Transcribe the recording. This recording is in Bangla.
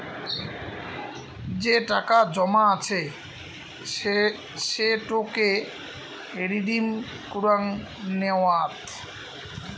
যে টাকা জমা আছে সেটোকে রিডিম কুরাং নেওয়াত